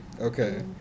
okay